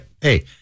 hey